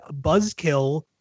Buzzkill